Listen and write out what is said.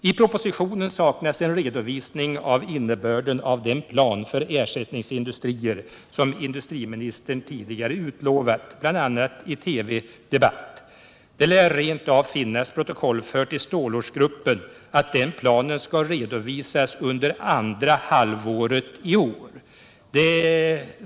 I propositionen saknas en redovisning av innebörden i den plan för ersättningsindustrier som industriministern tidigare utlovat, bl.a. i en TV-debatt. Det lär rent av finnas protokollfört i stålortsgruppen att den planen skall redovisas under andra halvåret i år.